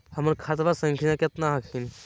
हमर खतवा संख्या केतना हखिन?